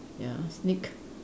ya sneak